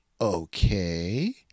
Okay